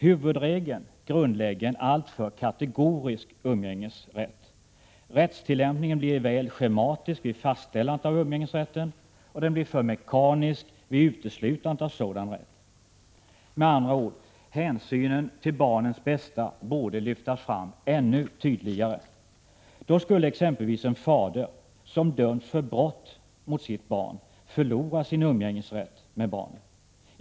Huvudregeln grundlägger en alltför kategorisk umgängesrätt. Rättstillämpningen blir väl schematisk vid fastställandet av umgängesrätten och för mekanisk vid uteslutandet av sådan rätt. Med andra ord: hänsynen till barnets bästa borde lyftas fram ännu tydligare. Då skulle exempelvis en fader som dömts för brott mot sitt barn förlora sin rätt till umgänge med barnen.